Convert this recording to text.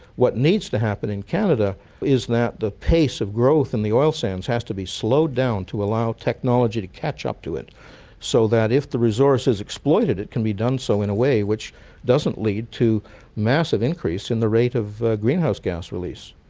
what needs to happen in canada is that the pace of growth in the oil sands has to be slowed down to allow technology to catch up to it so that if the resource is exploited it can be done so in a way which doesn't lead to massive increase in the rate of greenhouse gas release.